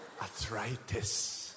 Arthritis